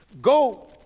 Go